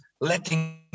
letting